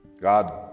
God